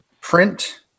print